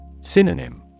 Synonym